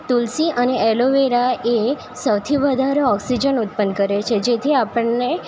તુલસી અને એલોવેરા એ સૌથી વધારે ઓક્સિજન ઉત્પન કરે છે જેથી આપણને